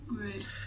Right